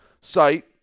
site